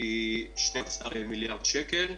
היא 12 מיליארד שקל.